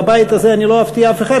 בבית הזה אני לא אפתיע אף אחד,